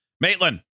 Maitland